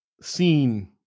seen